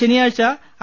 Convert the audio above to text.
ശനിയാഴ്ച ഐ